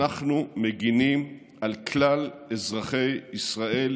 אנחנו מגינים על כלל אזרחי ישראל,